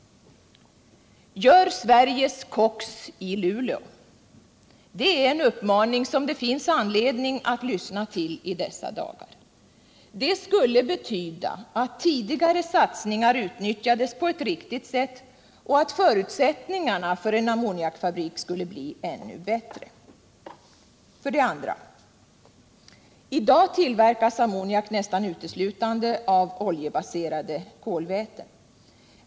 Gör Sveriges koks i Luleå! Det är en uppmaning som det finns anledning att lyssna till i dessa dagar. Det skulle betyda att tidigare satsningar utnyttjades på ett riktigt sätt och att förutsättningarna för en ammoniakfabrik skulle bli ännu bättre. För det andra: i dag tillverkas ammoniak nästan uteslutande av oljebaserade kolväten.